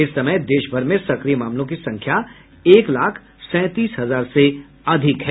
इस समय देश भर में सक्रिय मामलों की संख्या एक लाख सैंतीस हजार से अधिक है